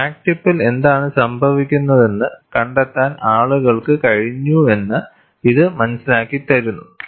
crack ടിപ്പിൽ എന്താണ് സംഭവിക്കുന്നതെന്ന് കണ്ടെത്താൻ ആളുകൾക്ക് കഴിഞ്ഞുവെന്ന് ഇത് മനസ്സിലാക്കിത്തരുന്നു